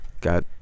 Got